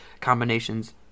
combinations